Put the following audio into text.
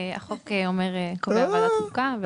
החוק אומר, קובע ועדת חוקה.